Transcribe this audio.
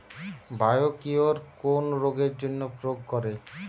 Biocure কোন রোগেরজন্য প্রয়োগ করে?